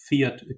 fiat